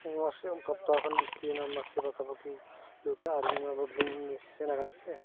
ᱚᱻ ᱥᱮ ᱮᱠ ᱥᱚᱯᱛᱟᱦᱚ ᱠᱷᱚᱱ ᱡᱟᱹᱥᱛᱤᱭᱮᱱᱟ ᱢᱟᱥᱮ ᱯᱟᱠᱟ ᱯᱟᱹᱠᱤ ᱠᱷᱩᱞᱟᱹᱣ ᱠᱮᱫᱟ ᱟᱨ ᱤᱧ ᱢᱟ ᱵᱟᱹᱧ ᱥᱮᱱ ᱟᱠᱟᱱᱟ ᱥᱮ